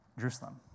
Jerusalem